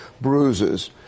bruises